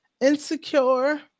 Insecure